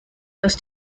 los